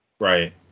Right